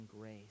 grace